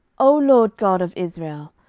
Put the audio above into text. o lord god of israel,